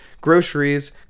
groceries